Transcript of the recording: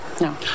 No